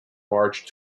marched